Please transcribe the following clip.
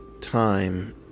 time